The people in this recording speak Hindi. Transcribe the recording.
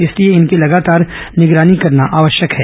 इसलिए इनकी लगातार निगरानी करना आवश्यक है